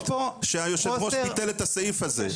שיושב הראש ביטל את הסעיף הזה.